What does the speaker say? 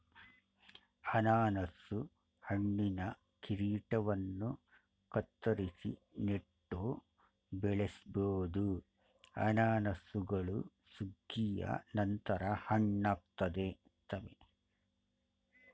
ಅನನಾಸು ಹಣ್ಣಿನ ಕಿರೀಟವನ್ನು ಕತ್ತರಿಸಿ ನೆಟ್ಟು ಬೆಳೆಸ್ಬೋದು ಅನಾನಸುಗಳು ಸುಗ್ಗಿಯ ನಂತರ ಹಣ್ಣಾಗ್ತವೆ